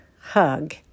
hug